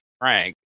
Frank